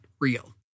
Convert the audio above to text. real